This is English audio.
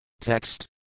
Text